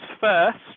first